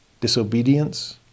Disobedience